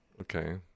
Okay